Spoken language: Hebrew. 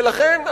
ולכן,